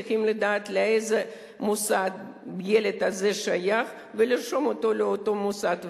צריכים לדעת לאיזה מוסד הילד הזה שייך ולרשום אותו לאותו מוסד.